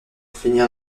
finir